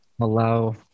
allow